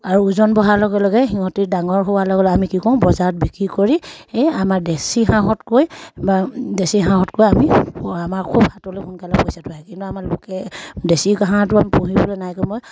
আৰু ওজন বঢ়াৰ লগে লগে সিহঁতি ডাঙৰ হোৱাৰ লগে লগে আমি কি কৰোঁ বজাৰত বিক্ৰী কৰি এই আমাৰ দেচী হাঁহতকৈ বা দেচী হাঁহতকৈ আমি আমাৰ খুব হাতলৈ সোনকালে পইচাটো আহে কিন্তু আমাৰ লোকেল দেচী হাঁহটো আমি পুহিবলৈ নাই কমেও মই